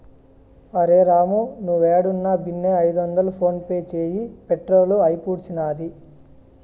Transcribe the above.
అరె రామూ, నీవేడున్నా బిన్నే ఐదొందలు ఫోన్పే చేయి, పెట్రోలు అయిపూడ్సినాది